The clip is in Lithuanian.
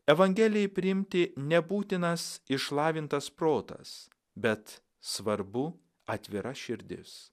evangelijai priimti nebūtinas išlavintas protas bet svarbu atvira širdis